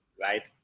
right